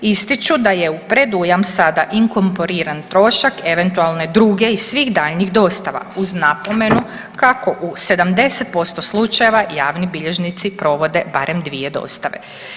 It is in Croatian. Ističu da je u predujam sada inkorporiran trošak eventualne druge i svih daljnjih dostava uz napomenu kako u 70% slučajeva javni bilježnici provode barem dvije dostave.